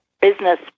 business